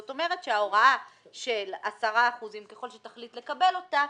זאת אומרת שההוראה של 10%, ככל שתחליט לקבל אותה,